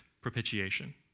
propitiation